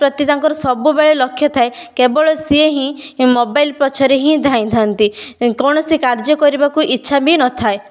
ପ୍ରତି ତାଙ୍କର ସବୁବେଳେ ଲକ୍ଷ ଥାଏ କେବଳ ସିଏ ହିଁ ମୋବାଇଲ ପଛରେ ହିଁ ଧାଇଁଥାନ୍ତି କୌଣସି କାର୍ଯ୍ୟ କରିବାକୁ ଇଚ୍ଛା ବି ନଥାଏ